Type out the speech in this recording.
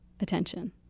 attention